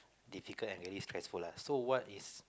difficult and really stressful lah so what is